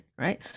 right